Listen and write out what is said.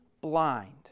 blind